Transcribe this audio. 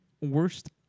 worst